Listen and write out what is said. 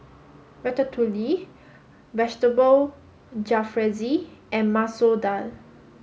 Ratatouille Vegetable Jalfrezi and Masoor Dal